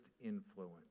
influence